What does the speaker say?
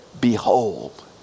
Behold